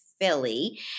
Philly